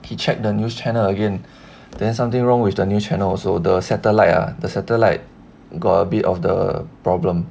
he checked the news channel again then something wrong with the news channel also the satellite ah the satellite got a bit of the problem